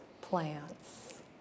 plants